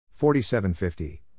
4750